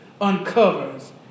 uncovers